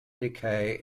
decay